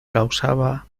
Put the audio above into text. causaba